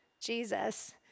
Jesus